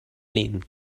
lin